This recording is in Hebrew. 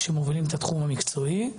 שמובילים את התחום המקצועי.